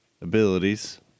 abilities